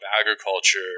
agriculture